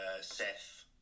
Seth